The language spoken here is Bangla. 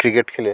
ক্রিকেট খেলে